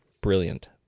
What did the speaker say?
Brilliant